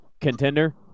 contender